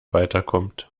weiterkommt